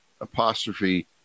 apostrophe